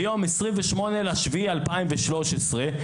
ביום 28 ליולי 2013,